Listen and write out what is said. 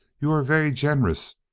you are very generous,